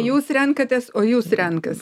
jūs renkatės o jūs renkas